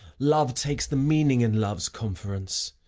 love takes the meaning in love's conference.